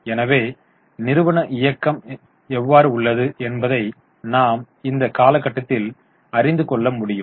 எனவே நிறுவன இயக்கம் எவ்வாறு உள்ளது என்பதை நாம் இந்த காலகட்டத்தில் அறிந்து கொள்ள முடியும்